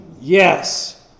Yes